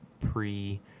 pre